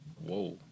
whoa